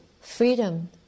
freedom